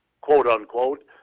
quote-unquote